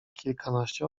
kilkanaście